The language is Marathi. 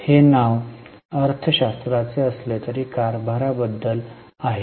हे नाव अर्थ शास्त्राचे असले तरी ते कारभाराबद्दल आहे